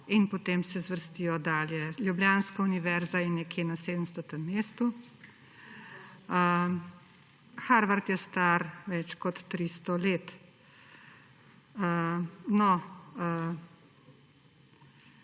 in potem se zvrstijo dalje. Ljubljanska univerza je nekje na 700. mestu. Harvard je star več kot 300 let.